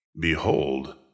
Behold